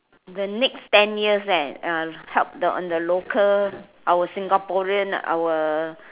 the next ten years eh uh help on the local our Singaporean our